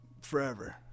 forever